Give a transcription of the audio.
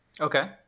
Okay